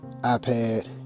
ipad